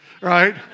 right